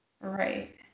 Right